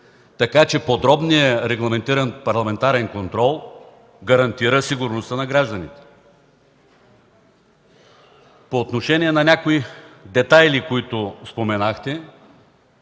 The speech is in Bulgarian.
така че подробният регламентиран парламентарен контрол гарантира сигурността на гражданите. По отношение на някои детайли, които Вие споменахте,